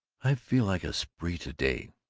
i felt like a spree to-day,